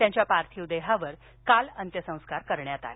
त्यांच्या पार्थिव देहावर काल अंत्यसंस्कार करण्यात आले